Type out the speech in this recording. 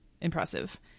impressive